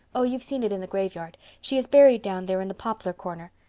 oh, you've seen it in the graveyard. she is buried down there in the poplar corner.